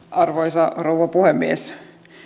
arvoisa rouva puhemies